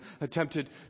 attempted